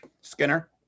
Skinner